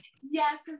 yes